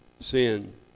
sin